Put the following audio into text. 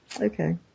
Okay